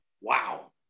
Wow